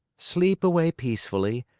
sleep away peacefully,